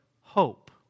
hope